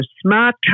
smart